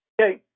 Okay